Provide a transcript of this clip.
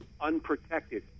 unprotected